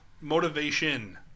Motivation